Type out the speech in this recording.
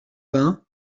vingt